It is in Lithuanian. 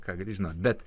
ką žinot bet